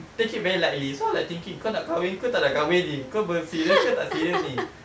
take it very lightly so I was like thinking kau nak kahwin ke tak nak kahwin ni kau ber~ serious ke tak serious ni